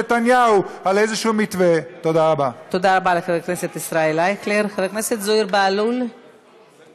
אנשים שיוצרים אש בארץ ישראל נגד הכותל המערבי ובין